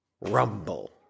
Rumble